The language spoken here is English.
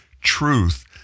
Truth